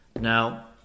Now